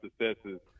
successes